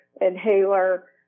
inhaler